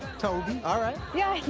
toby, all right. yeah,